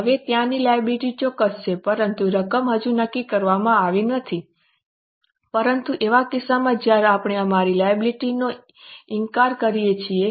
હવે ત્યાંની લાયબિલિટી ચોક્કસ છે પરંતુ રકમ હજુ નક્કી કરવામાં આવી રહી છે પરંતુ એવા કિસ્સામાં જ્યાં આપણે અમારી લાયબિલિટી નો ઇનકાર કરીએ છીએ